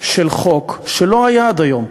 של חוק שלא היה עד היום.